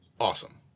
awesome